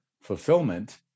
fulfillment